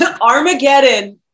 Armageddon